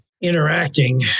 interacting